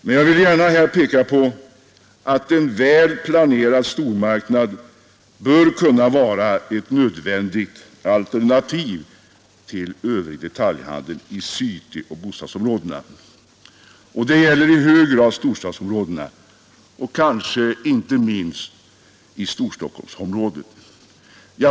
Men jag vill gärna peka på att en väl planerad stormarknad bör kunna vara ett nödvändigt alternativ till övrig detaljhandel i cityoch bostadsområdena. Det gäller i hög grad storstadsområdena och kanske inte minst Storstockholmsområdet.